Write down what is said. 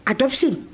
Adoption